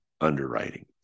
underwriting